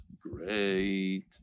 great